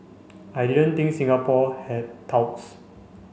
I didn't think Singapore had touts